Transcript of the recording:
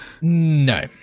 No